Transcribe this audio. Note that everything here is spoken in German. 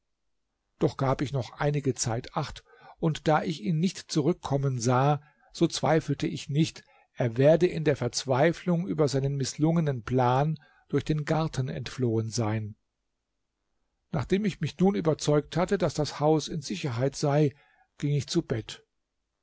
doch gab ich noch einige zeit acht und da ich ihn nicht zurückkommen sah so zweifelte ich nicht er werde in der verzweiflung über seinen mißlungenen plan durch den garten entflohen sein nachdem ich mich nun überzeugt hatte daß das haus in sicherheit sei ging ich zu bett